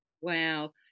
Wow